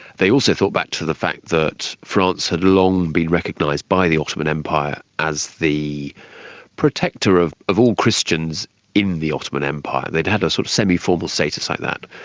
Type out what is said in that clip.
they also thought back to the fact that france had long been recognised by the ottoman empire as the protector of of all christians in the ottoman empire. they had had a sort of semiformal status like that.